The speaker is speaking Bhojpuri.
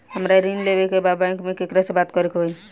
हमरा ऋण लेवे के बा बैंक में केकरा से बात करे के होई?